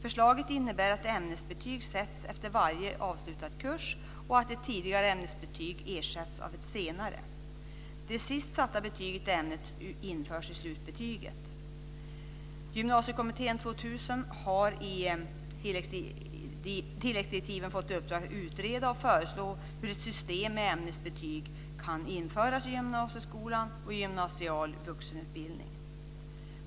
Förslaget innebär att ämnesbetyg sätts efter varje avslutad kurs, och att ett tidigare ämnesbetyg ersätts av ett senare. Det sist satta betyget i ämnet införs i slutbetyget. Gymnasiekommittén 2000 har i tilläggsdirektiven fått i uppdrag att utreda och föreslå hur ett system med ämnesbetyg kan införas i gymnasieskolan och i gymnasial vuxenutbildning.